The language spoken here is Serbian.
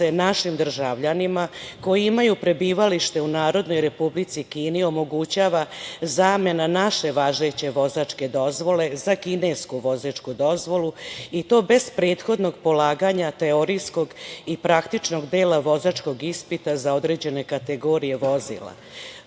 našim državljanima koji imaju prebivalište u Narodnoj Republici Kini omogućava zamena naše važeće vozačke dozvole za kinesku vozačku dozvolu, i to bez prethodnog polaganja teorijskog i praktičnog dela vozačkog ispita za određene kategorije vozila. To